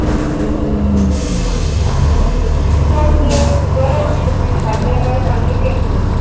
आ आ उदक तें गरम पि पिवपाचें काय थंड बी अशें